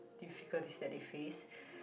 difficulties that they faced